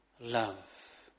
love